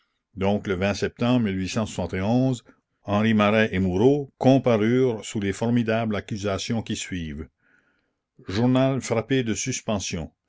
donc le septembre enri aret et mourot comparurent sous les formidables accusations qui suivent journal frappé de suspension